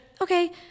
okay